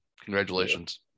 Congratulations